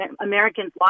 Americans